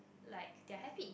like they're happy